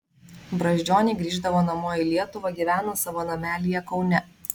brazdžioniai grįždavo namo į lietuvą gyveno savo namelyje kaune